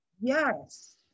Yes